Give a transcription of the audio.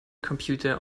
computer